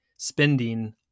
spending